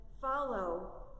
follow